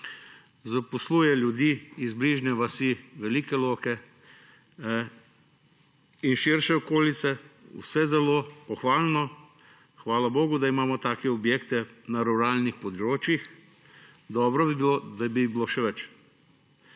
Zaposluje ljudi iz bližnje vasi Velika Loka in širše okolice. Vse zelo pohvalno, hvala bogu, da imamo take objekte na ruralnih področjih. Dobro bi bilo, da bi jih bilo še več.